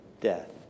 death